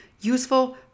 useful